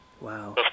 Wow